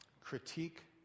critique